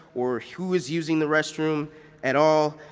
or who is using the restroom at all,